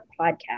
podcast